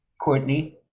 Courtney